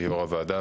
יו"ר הוועדה,